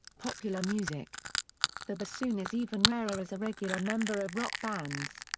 popular music the bassoon is even rarer as a regular member of rock bands.